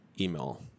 email